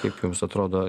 kaip jums atrodo